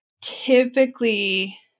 typically